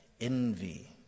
envy